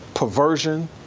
Perversion